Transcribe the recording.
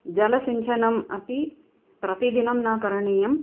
जलसिञ्चनम् अपि प्रतिदिनं न करणीयम्